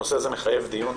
הנושא הזה מחייב דיון,